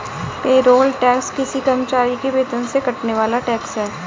payroll tax किसी कर्मचारी के वेतन से कटने वाला टैक्स है